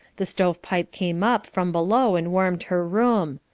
the stove-pipe came up from below and warmed her room.